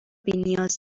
بینیاز